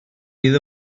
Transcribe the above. iddo